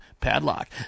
Padlock